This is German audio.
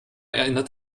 erinnert